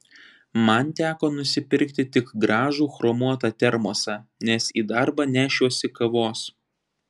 man teko nusipirkti tik gražų chromuotą termosą nes į darbą nešiuosi kavos